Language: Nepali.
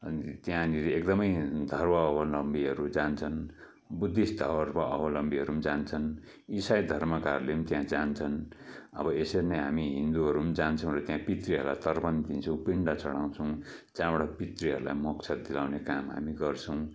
त्यहाँनिर एकदमै धर्मावलम्बीहरू जान्छन् बुद्धिस्टहरूको धर्मावलाम्बीहरू पनि जान्छन् इसाई धर्मकाहरूले पनि त्यहाँ जान्छन् अब यसरी नै हामी हिन्दुहरू पनि जान्छौँ त्यहाँ पितृहरलाई तर्पण दिन्छौँ पिण्ड चढाउछौँ त्यहाँबाट पितृहरूलाई मोक्ष दिलाउने काम हामी गर्छौँ